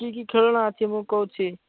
କି କି ଖେଳଣା ଅଛି ମୁଁ କହୁଛି